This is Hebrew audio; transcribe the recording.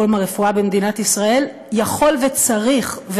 הרפואה במדינת ישראל יכולים וצריכים,